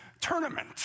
tournament